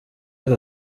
aka